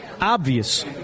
Obvious